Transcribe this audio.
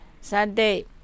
Sunday